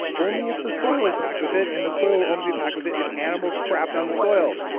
only if the soil is packed with it and the soil will only be packed with it if animals crapped on the soil.